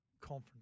conference